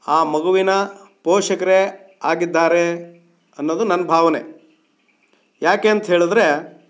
ಆ ಮಗುವಿನ ಪೋಷಕರೇ ಆಗಿದ್ದಾರೆ ಅನ್ನೋದು ನನ್ನ ಭಾವನೆ ಯಾಕೆ ಅಂತ ಹೇಳಿದ್ರೆ